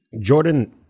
Jordan